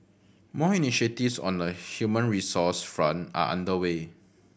more initiatives on the human resource front are under way